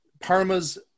Parma's